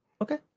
Okay